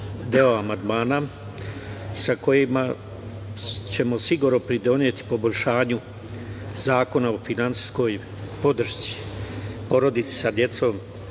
deo amandmana sa kojima ćemo sigurno pridoneti poboljšanju Zakona o finansijskoj podršci porodici sa decom